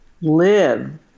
live